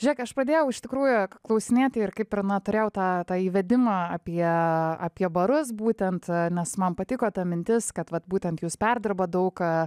žėk aš pradėjau iš tikrųjų klausinėti ir kaip ir na turėjau tą tą įvedimą apie apie barus būtent nes man patiko ta mintis kad vat būtent jūs perdirbat daug ką